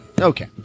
Okay